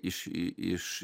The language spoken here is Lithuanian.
iš iš